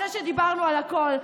אחרי שדיברנו על הכול,